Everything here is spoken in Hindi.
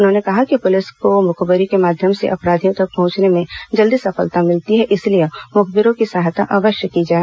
उन्होंने कहा कि पुलिस को मुखबिरों के माध्यम से अपराधियों तक पहुंचने में जल्दी सफलता मिलती है इसलिए मुखबिरों की सहायता अवश्य जी जाए